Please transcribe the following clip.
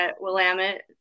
Willamette